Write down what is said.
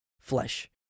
flesh